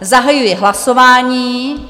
Zahajuji hlasování.